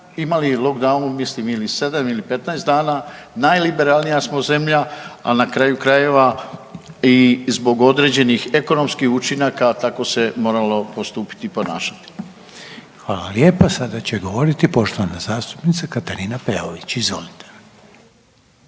imali lockdown mislim ili 7 ili 15 dana, najliberalnija smo zemlja, a na kraju krajeva i zbog određenih ekonomskih učinaka tako se moralo postupiti i ponašati. **Reiner, Željko (HDZ)** Hvala lijepa. Sada će govoriti poštovana zastupnica Katarina Peović. Izvolite.